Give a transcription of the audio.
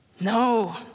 No